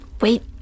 wait